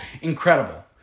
incredible